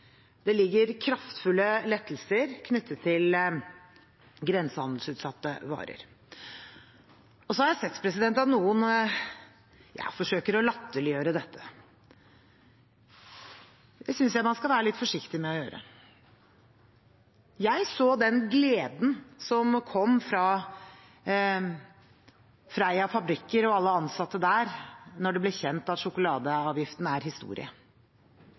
Det ligger kraftfulle lettelser knyttet til grensehandelsutsatte varer. Jeg har sett at noen forsøker å latterliggjøre dette. Det synes jeg man skal være litt forsiktig med å gjøre. Jeg så den gleden som kom fra Freia fabrikker og alle ansatte der da det ble kjent at sjokoladeavgiften er historie.